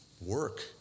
work